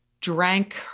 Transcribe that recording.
drank